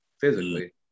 physically